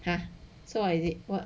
ha so what is it